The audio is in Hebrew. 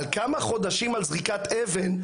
על כמה חודשים על זריקת אבן,